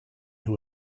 who